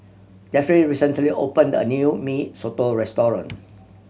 Jeffry recently opened a new Mee Soto restaurant